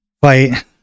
fight